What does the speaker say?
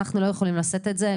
אנחנו לא יכולים לשאת את זה,